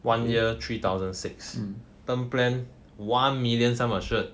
one year three thousand six term plan one million sum assured